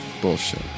bullshit